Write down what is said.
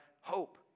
hope